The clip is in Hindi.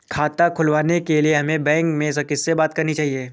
खाता खुलवाने के लिए हमें बैंक में किससे बात करनी चाहिए?